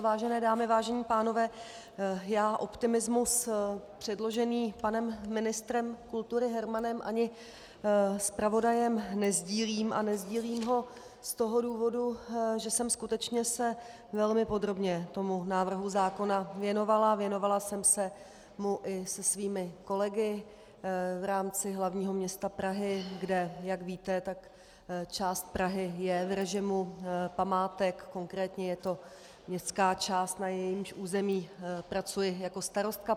Vážené dámy, vážení pánové, já optimismus předložený panem ministrem kultury Hermanem ani zpravodajem nesdílím a nesdílím ho z toho důvodu, že jsem se skutečně velmi podrobně tomu návrhu zákona věnovala, věnovala jsem se mu i se svými kolegy v rámci hlavního města Prahy, kde jak víte, tak část Prahy je v režimu památek, konkrétně je to městská část, na jejímž území pracuji jako starostka.